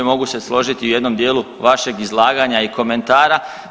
Mogu se složiti u jednom dijelu vašeg izlaganja i komentara.